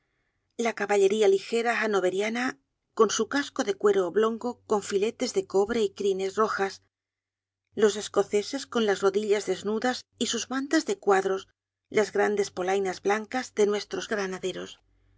la caballería ligera hannoveriana con su casco de cuero oblongo con filetes de cobre y crines rojas los escoceses con las rodillas desnudas y sus mantas de cuadros las grandes polainas blancas de nuestros granaderos